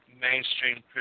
mainstream